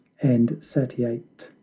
and satiate,